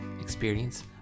experience